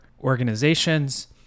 organizations